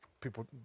people